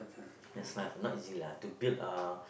that's life not easy lah to build a